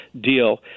deal